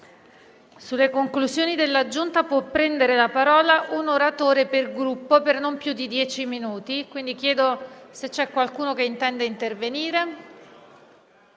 Sulle conclusioni della Giunta può prendere la parola un oratore per Gruppo per non più di dieci minuti. Poiché nessuno chiede di intervenire,